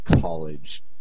college